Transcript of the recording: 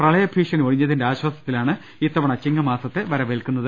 പ്രളയ ഭീഷണി ഒഴിഞ്ഞതിന്റെ ആശ്വാസത്തിലാണ് ഇത്തവണ ചിങ്ങമാസത്തെ വരവേൽ ക്കുന്നത്